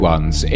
Ones